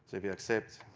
sort of you like submit,